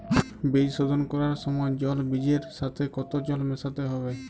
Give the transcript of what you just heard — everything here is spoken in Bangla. বীজ শোধন করার সময় জল বীজের সাথে কতো জল মেশাতে হবে?